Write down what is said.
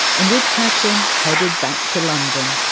and with katherine, headed back to london.